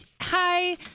hi